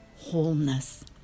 wholeness